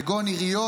כגון עיריות,